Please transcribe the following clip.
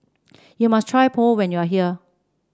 you must try Pho when you are here